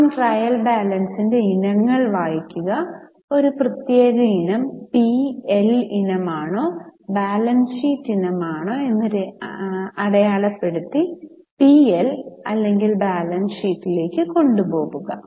ആദ്യം ട്രയൽ ബാലൻസിന്റെ ഇനങ്ങൾ വായിക്കുക ഒരു പ്രത്യേക ഇനം പി എൽ ഇനമാണോ ബാലൻസ് ഷീറ്റ് ഇനമാണോ എന്ന് അടയാളപ്പെടുത്തി പി എൽ അല്ലെങ്കിൽ ബാലൻസ് ഷീറ്റിലേക്ക് കൊണ്ടുപോകുക